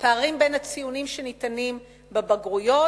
הפערים בין הציונים שניתנים ב"מגנים",